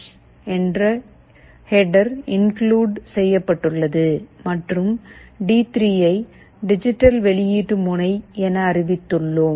h என்ற header include செய்யப்பட்டுள்ளது மற்றும் டி3யை டிஜிட்டல் வெளியீட்டு முனை என அறிவித்துள்ளோம்